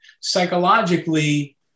psychologically